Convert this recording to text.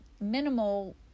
minimal